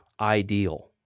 ideal